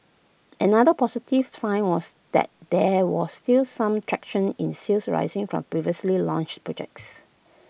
another positive sign was that there was still some traction in sales arising from previously launched projects